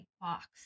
box